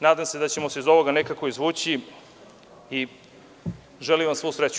Nadam se da ćemo se iz ovoga nekako izvući i želim vam svu sreću.